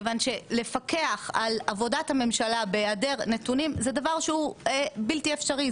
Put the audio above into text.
כיוון שלפקח על עבודת הממשלה בהיעדר נתונים זה דבר שהוא בלתי אפשרי,